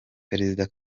perezida